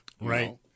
Right